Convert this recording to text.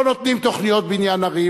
לא נותנים תוכניות בניין ערים,